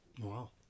Wow